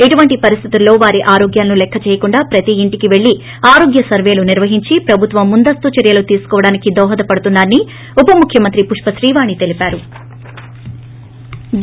ఇటువంటి పరిస్టెతుల్లో వారి ఆరోగ్యాలను లెక్క చేయకుండా ప్రతీ ఇంటికి పెళ్ళి ఆరోగ్య సర్వేలు నిర్వహించి ప్రభుత్వం ముందస్తు చర్యలు తీసుకోవడానికి దోహదపడుతున్నా రని ఉపముఖ్యమంత్రి పుష్పత్రీవాణి తెలిపారు